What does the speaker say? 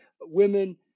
women